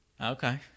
Okay